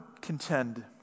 contend